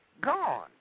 gone